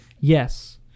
yes